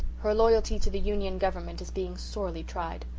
her loyalty to the union government is being sorely tried.